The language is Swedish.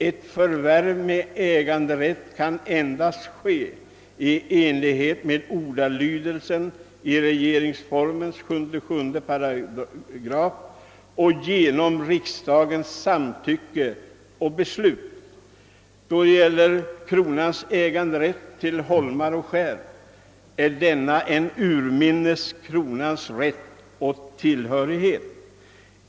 Ett förvärv med äganderätt kan endast ske i enlighet med ordalydelsen i § 77 regeringsformen och genom riksdagens samtycke och beslut. Kronans äganderätt till holmar och skär är vidare en urminnes kronans rätt.